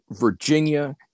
virginia